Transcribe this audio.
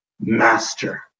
master